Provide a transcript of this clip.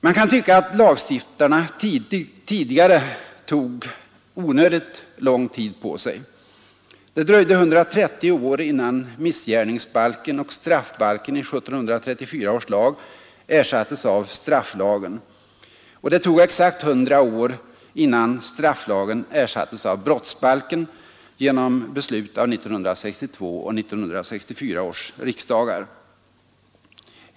Man kan tycka att lagstiftarna tidigare tog onödigt lång tid på sig. Det dröjde 130 år innan missgärningsbalken och straffbalken i 1734 års lag ersattes av strafflagen, och det tog exakt 100 år innan strafflagen ersattes av brottsbalken genom beslut av 1962 och 1964 års riksdagar.